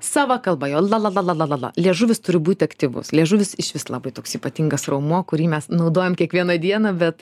sava kalba jo lalalala liežuvis turi būti aktyvus liežuvis išvis labai toks ypatingas raumuo kurį mes naudojam kiekvieną dieną bet